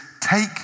Take